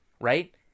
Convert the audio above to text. right